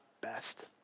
best